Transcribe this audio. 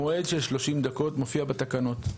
המועד של 30 דקות מופיע בתקנות.